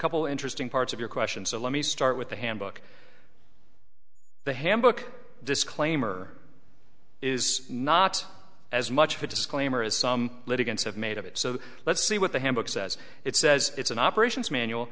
couple interesting parts of your question so let me start with the handbook the handbook disclaimer is not as much of a disclaimer as some litigants have made of it so let's see what the handbook says it says it's an operations manual